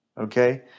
okay